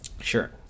sure